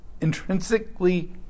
intrinsically